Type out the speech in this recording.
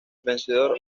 vencedor